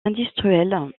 industriels